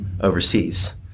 overseas